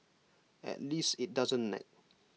at least IT doesn't nag